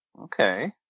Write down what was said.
Okay